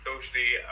Socially